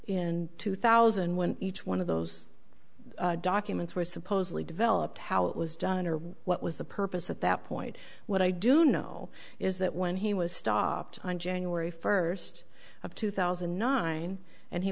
in two thousand when each one of those documents were supposedly developed how it was done or what was the purpose at that point what i do know is that when he was stopped on january first of two thousand and nine and he